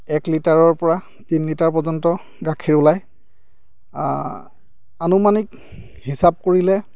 এক লিটাৰৰ পৰা তিনি লিটাৰ পৰ্য্য়ন্ত গাখীৰ ওলায় আনুমানিক হিচাপ কৰিলে